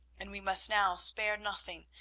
and we must now spare nothing,